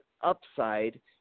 upside